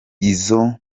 izo